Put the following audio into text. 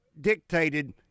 dictated